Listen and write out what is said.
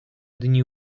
dni